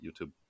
YouTube